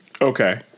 okay